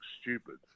stupid